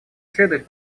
следует